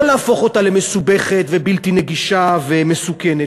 לא להפוך אותה למסובכת ובלתי נגישה ומסוכנת.